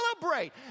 celebrate